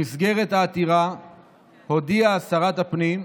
במסגרת העתירה הודיעה שרת הפנים,